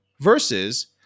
versus